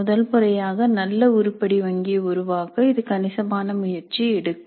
முதல் முறையாக நல்ல உருப்படி வங்கியை உருவாக்க இது கணிசமான முயற்சி எடுக்கும்